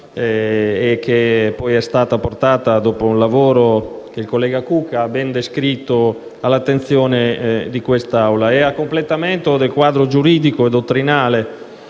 e che poi è stata portata, dopo un lavoro che il collega Cucca ha ben descritto, all'attenzione dell'Assemblea. A completamento del quadro giuridico e dottrinale